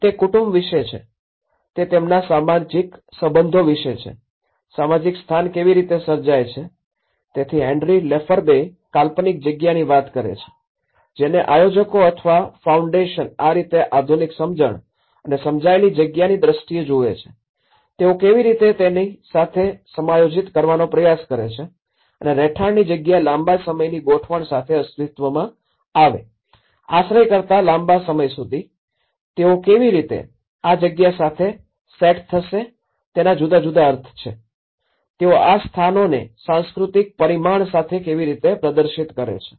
તે કુટુંબ વિશે છે તે તેમના સામાજિક સંબંધો વિશે છે સામાજિક સ્થાન કેવી રીતે સર્જાય છે તેથી હેનરી લેફેબ્રે કાલ્પનિક જગ્યાની વાત કરે છે જેને આયોજકો અથવા ફાઉન્ડેશન આ રીતે આધુનિક સમજણ અને સમજાયેલી જગ્યાની દ્રષ્ટિએ જોવે છે તેઓ કેવી રીતે તેની સાથે સમાયોજિત કરવાનો પ્રયાસ કરે છે અને રહેઠાણની જગ્યા લાંબા સમયની ગોઠવણો સાથે અસ્તિત્વમાં આવે આશ્રય કરતા લાંબા સમય સુધી તેઓ કેવીરીતે આ જગ્યા સાથે સેટ થશે તેના જુદા જુદા અર્થ છે તેઓ આ સ્થાનોને સાંસ્કૃતિક પરિમાણ સાથે કેવી રીતે પ્રદર્શિત કરે છે